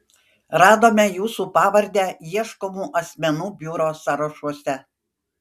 radome jūsų pavardę ieškomų asmenų biuro sąrašuose